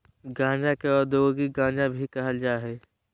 गांजा के औद्योगिक गांजा भी कहल जा हइ